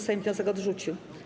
Sejm wniosek odrzucił.